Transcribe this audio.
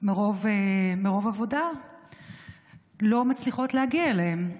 מרוב עבודה לא מצליחות להגיע אליהם.